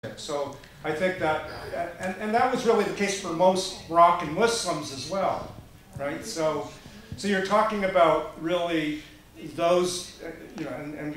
אז אני חושב ש... וזה היה באמת המקרה של הרבה ברוקים ומוסלמים גם, אז אתה מדבר על, באמת, אלה, אתה יודע ו...